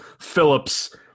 Phillips